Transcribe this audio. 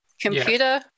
computer